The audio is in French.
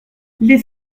les